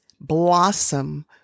blossom